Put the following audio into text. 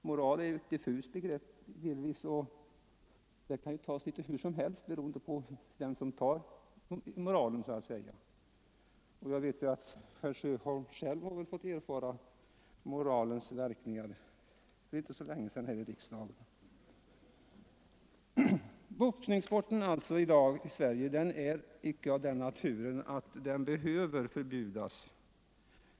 Moral är delvis ett diffust begrepp, och det kan tas litet hur som helst beroende på vem det gäller. Jag vet också att herr Sjöholm själv här i riksdagen för inte så länge sedan har fått erfara moralbegreppets verkningar. Boxningssporten i dag i Sverige är icke av den naturen att den behöver förbjudas.